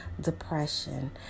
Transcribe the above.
depression